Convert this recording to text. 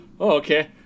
okay